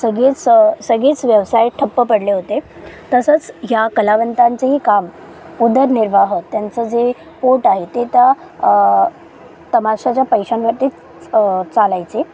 सगळेच सगळेच व्यवसाय ठप्प पडले होते तसंच या कलावंतांचंही काम उदरनिर्वाह त्यांचं जे पोट आहे ते त्या तमाशाच्या पैश्यांवरतीच चालायचे